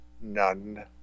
None